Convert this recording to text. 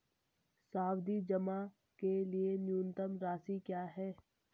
सावधि जमा के लिए न्यूनतम राशि क्या है?